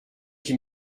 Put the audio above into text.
qui